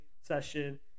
session